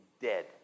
dead